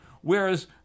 Whereas